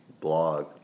blog